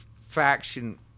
faction